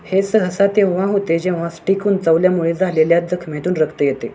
हे सहसा तेव्हा होते जेव्हा स्टिक उंचवल्यामुळे झालेल्या जखमेतून रक्त येते